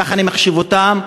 כך אני מחשיב אותם.